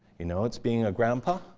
you know it's being a grandpa.